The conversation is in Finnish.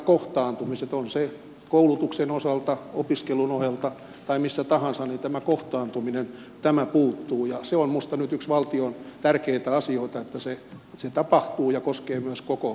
on se koulutuksen osalta opiskelun osalta tai missä tahansa niin tämä kohtaantuminen puuttuu ja se on minusta nyt yksi valtion tärkeitä asioita että se tapahtuu ja koskee myös koko suomea